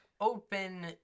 Open